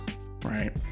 Right